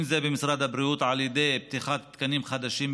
אם זה במשרד הבריאות על ידי פתיחת תקנים חדשים,